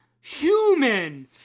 Human